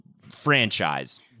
franchise